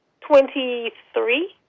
Twenty-three